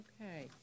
Okay